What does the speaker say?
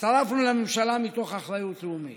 הצטרפנו לממשלה מתוך אחריות לאומית,